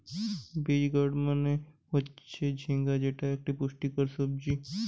ridge gourd মানে হচ্ছে ঝিঙ্গা যেটা একটা পুষ্টিকর সবজি